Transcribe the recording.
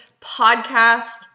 podcast